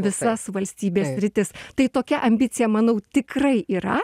visas valstybės sritis tai tokia ambicija manau tikrai yra